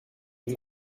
ihm